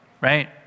right